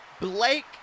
Blake